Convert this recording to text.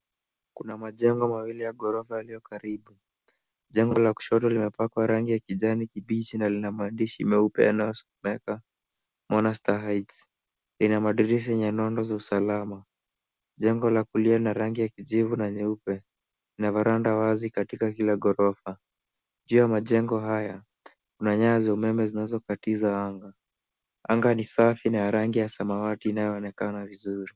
Kuna majengo mawili ya ghorofa yaliyo karibu. Jengo la kushoto limepakwa rangi ya kijani kibichi na lina maandishi meupe yanayo someka, Monaster Heights . Lina madirisi yenye nondo za usalama. Jengo la kulia la rangi ya kijivu na nyeupe. Ina veranda wazi katika kila ghorofa. Juu ya majengo haya kuna nyaya za umeme zinazokatiza anga. Anga ni safi na ya rangi ya samawati inayoonekana vizuri.